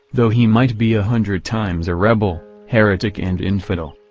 though he might be a hundred times a rebel, heretic and infidel.